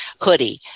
hoodie